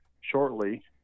shortly